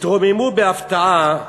התרוממו בהפתעה.